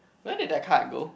where did the card go